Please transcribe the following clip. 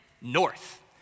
north